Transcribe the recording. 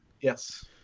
Yes